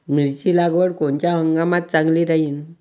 मिरची लागवड कोनच्या हंगामात चांगली राहीन?